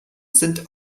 sind